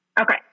Okay